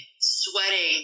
sweating